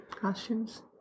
costumes